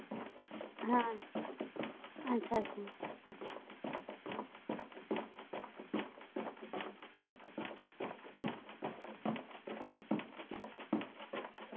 आं अच्छा अच्छा